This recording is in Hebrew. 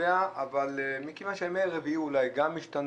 אולי בגלל שהמתכונת של ימי רביעי השתנתה,